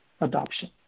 adoption